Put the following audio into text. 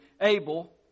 Abel